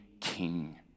king